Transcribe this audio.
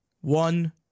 one